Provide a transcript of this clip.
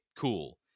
Cool